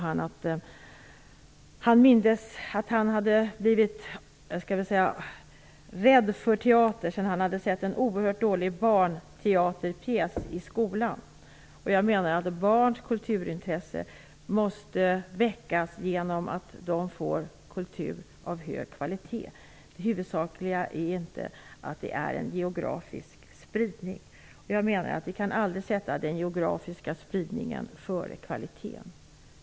Han sade då att han hade blivit rädd för teater sedan han hade sett en oerhört dålig barnteaterpjäs i skolan. Jag menar att barns kulturintresse måste väckas genom att de får kultur av hög kvalitet. Det viktiga är inte den geografiska spridningen. Vi kan aldrig sätta den geografiska spridningen före kvaliteten.